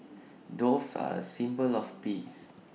doves are A symbol of peace